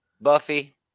Buffy